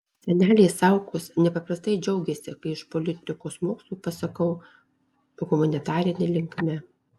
seneliai saukos nepaprastai džiaugėsi kai iš politikos mokslų pasukau humanitarine linkme